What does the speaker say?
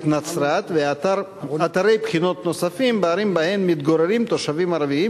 נצרת ואתרי בחינות נוספים בערים שבהם מתגוררים תושבים ערבים,